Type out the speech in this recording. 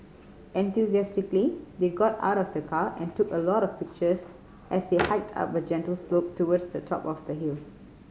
enthusiastically they got out of the car and took a lot of pictures as they hiked up a gentle slope towards the top of the hill